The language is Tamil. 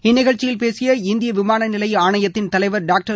இந்நிகழ்ச்சியில் பேசிய இந்திய விமான நிலைய ஆணையத்தின் தலைவர் டாக்டர்